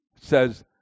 says